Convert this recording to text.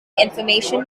information